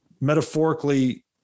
metaphorically